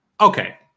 Okay